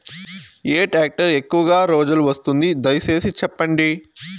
ఏ tractor ఎక్కువగా రోజులు వస్తుంది, దయసేసి చెప్పండి?